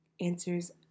answers